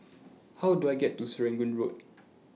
How Do I get to Serangoon Road